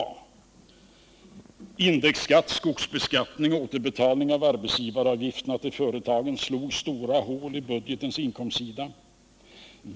Indexskatt, skogsbeskattning och återbetalning av arbetsgivaravgifterna till företagen slog stora hål i budgetens inkomstsida.